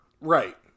Right